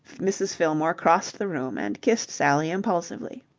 mrs. fillmore crossed the room and kissed sally impulsively.